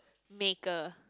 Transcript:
maker